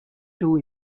two